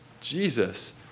Jesus